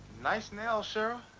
nice nails, cheryl.